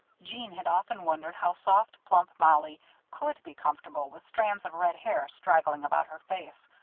jeanne had often wondered how soft, plump mollie could be comfortable with strands of red hair straggling about her face,